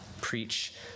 Preach